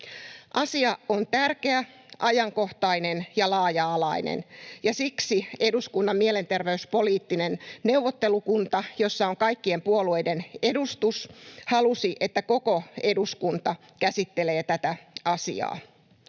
Asia on tärkeä, ajankohtainen ja laaja-alainen, ja siksi eduskunnan mielenterveyspoliittinen neuvottelukunta, jossa on kaikkien puolueiden edustus, halusi, että koko eduskunta käsittelee tätä asiaa.